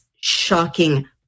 shocking